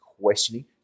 questioning